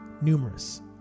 numerous